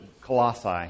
Colossae